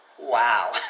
Wow